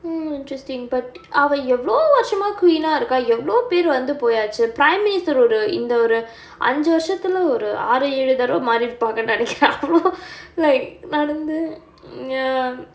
mmhmm interesting but அவ எவளோ வருஷமா:ava evalo varushamaa queen ah இருக்கா எவளோ பேரு வந்து போயாச்சு:irukkaa evalo paeru vanthu poyaachchu prime minister ஒரு இந்த ஒரு அஞ்சு வருஷத்துள்ள ஒரு ஆறு ஏழு தடவ மாறிருப்பாங்க நினைக்குற அவளோ:oru intha oru anju varushattulla oru aaru aalu tadava maariruppaanga ninaikkurae avalo like நடந்து:nadanthu ya